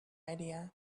idea